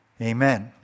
amen